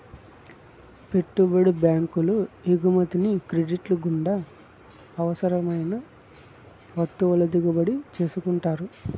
పెట్టుబడి బ్యాంకులు ఎగుమతిని క్రెడిట్ల గుండా అవసరం అయిన వత్తువుల దిగుమతి చేసుకుంటారు